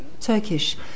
Turkish